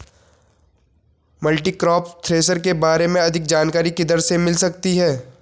Multicrop thresher के बारे में अधिक जानकारी किधर से मिल सकती है?